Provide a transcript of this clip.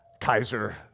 Kaiser